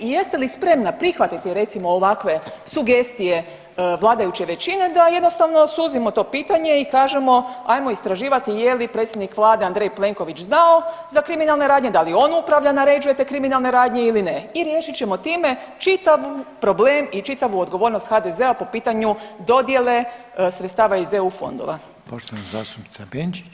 I jeste li spremna prihvatiti recimo ovakve sugestije vladajuće većine da jednostavno suzimo to pitanje i kažemo ajmo istraživati je li predsjednik Vlade Andrej Plenković znao za kriminalne radnje, da li on upravlja, naređuje te kriminalne radnje ili ne i riješit ćemo time čitav problem i čitavu odgovornost HDZ-a po pitanju dodjele sredstava iz eu fondova.